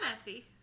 messy